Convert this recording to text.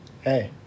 Hey